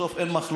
בסוף אין מחלוקת,